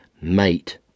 Mate